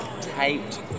taped